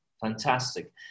fantastic